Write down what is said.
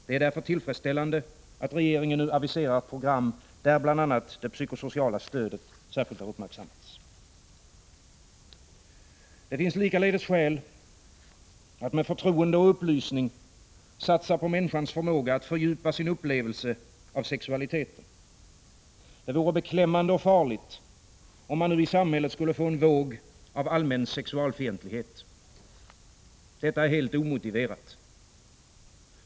Det är därför tillfredsställande att regeringen nu aviserar ett program där bl.a. det psykosociala stödet särskilt har uppmärksammats. Det finns likaledes skäl att med förtroende och upplysning satsa på människans förmåga att fördjupa sin upplevelse av sexualiteten. Det vore beklämmande och farligt, om man nu i samhället skulle få en våg av allmän sexualfientlighet. Detta är helt omotiverat.